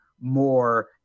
more